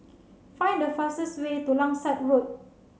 find the fastest way to Langsat Road